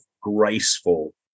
graceful